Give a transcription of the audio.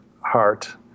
heart